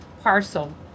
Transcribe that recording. parcel